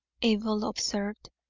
abel observed,